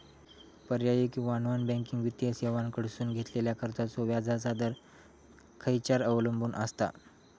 पर्यायी किंवा non banking वित्तीय सेवांकडसून घेतलेल्या कर्जाचो व्याजाचा दर खेच्यार अवलंबून आसता?